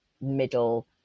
middle